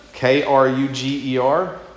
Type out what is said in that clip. K-R-U-G-E-R